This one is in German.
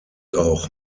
auch